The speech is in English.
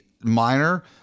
minor